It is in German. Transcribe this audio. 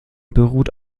beruht